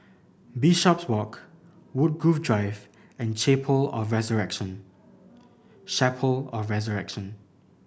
Bishopswalk Woodgrove Drive and Chapel of Resurrection of Resurrection